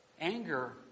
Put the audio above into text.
Anger